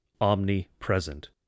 omnipresent